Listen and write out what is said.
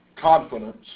confidence